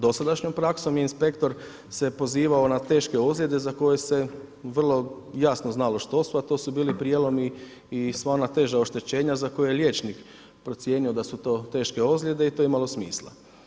Dosadašnjom praksom je inspektor se pozivao na teške ozljede za koje se vrlo jasno znalo što su, a to su bili prijelomi i sva ona teža oštećenja za koje je liječnik procijenio da su to teške ozljede i da je to imalo smisla.